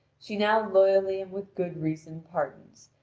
she now loyally and with good reason pardons,